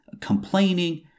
complaining